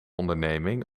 onderneming